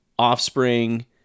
Offspring